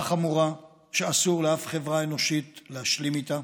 חמורה שאסור לאף חברה אנושית להשלים איתה.